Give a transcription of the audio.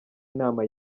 inama